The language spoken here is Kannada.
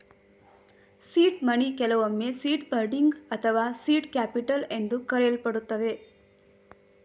ಸೀಡ್ ಮನಿ ಕೆಲವೊಮ್ಮೆ ಸೀಡ್ ಫಂಡಿಂಗ್ ಅಥವಾ ಸೀಟ್ ಕ್ಯಾಪಿಟಲ್ ಎಂದು ಕರೆಯಲ್ಪಡುತ್ತದೆ